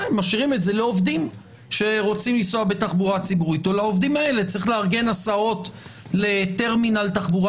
לעובדים שרוצים לנסוע בתחבורה הציבורית צריך לארגן הסעות לטרמינל תחבורה